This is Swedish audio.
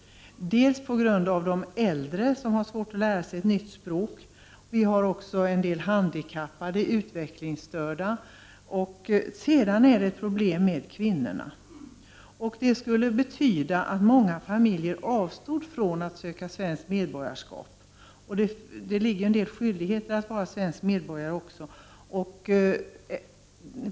Vissa äldre har svårt att lära sig ett nytt språk. Vi har också en del handikappade och utvecklingsstörda. Dessutom är det problem med kvinnorna. Ofta är det så att mannen lär sig språket bättre än kvinnan — det är litet olika i olika kulturer från olika länder. Skillnaden skulle betyda att många familjer avstod från att söka svenskt medborgarskap. Det ligger ju också en del skyldigheter i att vara svensk medborgare.